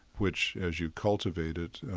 which, as you cultivate it,